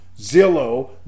Zillow